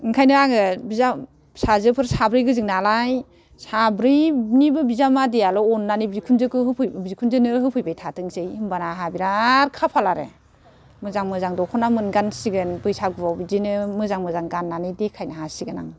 ओंखायनो आङो फिसाजोफोर साब्रै गोजों नालाय साब्रैनिबो बिजामादैयाल' अननानै बिखुनजोनो होफैबाय थाथोंसै होनाबाना आंहा बिराद खाफाल आरो मोजां मोजां दखना मोनगानसिगोन बैसागुआव बिदिनो मोजां मोजां गाननानै दैखायनो हासिगोन आं